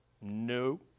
No